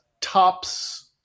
tops